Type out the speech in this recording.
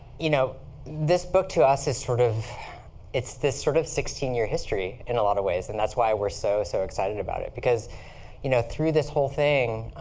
you know this book, to us, sort of it's this sort of sixteen year history, in a lot of ways. and that's why we're so, so excited about it, because you know through this whole thing,